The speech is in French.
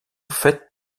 fait